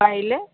পাৰিলে